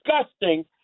disgusting